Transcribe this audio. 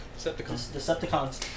Decepticons